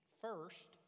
first